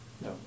No